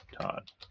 Todd